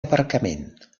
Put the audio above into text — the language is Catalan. aparcament